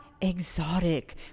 exotic